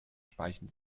speichen